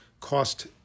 cost